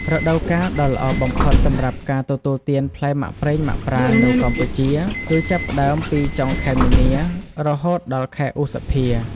រដូវកាលដ៏ល្អបំផុតសម្រាប់ការទទួលទានផ្លែមាក់ប្រេងមាក់ប្រាងនៅកម្ពុជា គឺចាប់ផ្ដើមពី ចុងខែមីនា រហូតដល់ខែឧសភា។